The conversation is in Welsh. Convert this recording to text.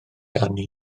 ganu